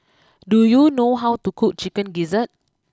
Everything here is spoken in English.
do you know how to cook Chicken Gizzard